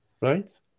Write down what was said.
right